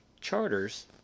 Charters